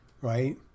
Right